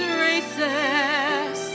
races